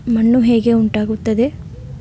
ಮಣ್ಣು ಹೇಗೆ ಉಂಟಾಗುತ್ತದೆ?